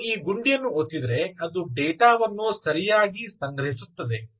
ಆದ್ದರಿಂದ ನೀವು ಈ ಗುಂಡಿಯನ್ನು ಒತ್ತಿದರೆ ಅದು ಡೇಟಾ ವನ್ನು ಸರಿಯಾಗಿ ಸಂಗ್ರಹಿಸುತ್ತದೆ